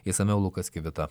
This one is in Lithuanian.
išsamiau lukas kvita